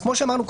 כמו שאמרנו,